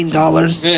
dollars